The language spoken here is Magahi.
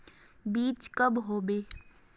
बीज कब होबे?